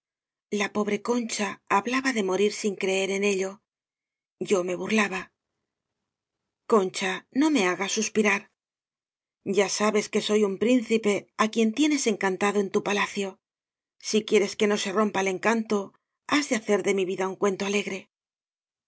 la pobre concha hablaba de morir sin creer en ello yo me burlaba concha no me hagas suspirar ya sabes que soy un príncipe á quien tienes encanta do en tu palacio si quieres que no se rompa el encanto has de hacer de mi vida un cuen to alegre